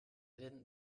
didn’t